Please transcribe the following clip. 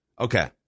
Okay